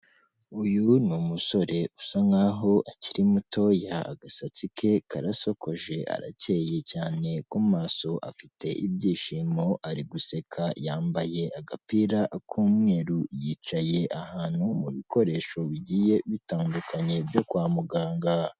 Uyu ni umusore usa nk'aho akiri mutoya, agasatsi ke karasokoje, arakeye cyane ku maso, afite ibyishimo, ari guseka. Yambaye agapira k'umweru, yicaye ahantu mu bikoresho bigiye bitandukanye byo kwa muganga.